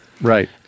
Right